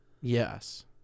Yes